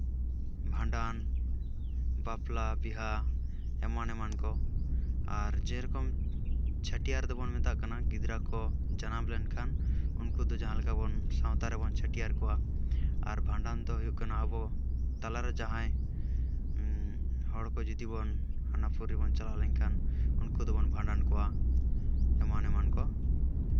ᱵᱷᱟᱸᱰᱟᱱ ᱵᱟᱯᱞᱟ ᱵᱤᱦᱟ ᱮᱢᱟᱱ ᱮᱢᱟᱱ ᱠᱚ ᱟᱨ ᱡᱮᱨᱚᱠᱚᱢ ᱪᱷᱟᱹᱴᱭᱟᱹᱨ ᱫᱚᱵᱚᱱ ᱢᱮᱛᱟᱜ ᱠᱟᱱᱟ ᱜᱤᱫᱽᱨᱟᱹ ᱠᱚ ᱡᱟᱱᱟᱢ ᱞᱮᱱᱠᱷᱟᱱ ᱩᱱᱠᱩ ᱫᱚ ᱡᱟᱦᱟᱸ ᱞᱮᱠᱟᱵᱚᱱ ᱥᱟᱶᱛᱟ ᱨᱮᱵᱚᱱ ᱪᱷᱟᱹᱴᱭᱟᱹᱨ ᱠᱚᱣᱟ ᱟᱨ ᱵᱷᱟᱸᱰᱟᱱ ᱫᱚ ᱦᱩᱭᱩᱜ ᱠᱟᱱᱟ ᱟᱵᱚ ᱛᱟᱞᱟᱨᱮ ᱡᱟᱦᱟᱸᱭ ᱦᱚᱲᱠᱚ ᱡᱩᱫᱤᱵᱚᱱ ᱦᱟᱱᱟᱯᱩᱨᱤ ᱵᱚᱱ ᱪᱟᱞᱟᱣ ᱞᱮᱠᱷᱟᱱ ᱩᱱᱠᱩ ᱫᱚᱵᱚᱱ ᱵᱷᱟᱸᱰᱟᱱ ᱠᱚᱣᱟ ᱮᱢᱟᱱ ᱮᱢᱟᱱ ᱠᱚ